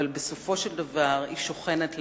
אבל בסופו של דבר היא שוכנת,